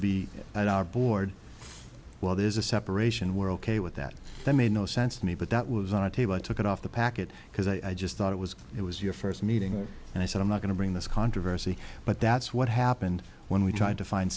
be at our board while there's a separation world k with that that made no sense to me but that was on a table i took it off the packet because i just thought it was it was your first meeting and i said i'm not going to bring this controversy but that's what happened when we tried to find